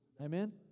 Amen